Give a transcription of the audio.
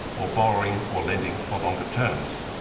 or borrowing or lending for longer terms.